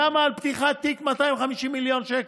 למה על פתיחת תיק 250 מיליון שקלים?